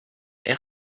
air